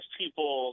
people